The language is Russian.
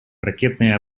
ракетные